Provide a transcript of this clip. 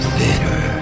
Theater